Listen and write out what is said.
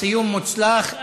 סיום מוצלח.